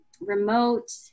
remote